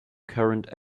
current